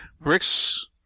Bricks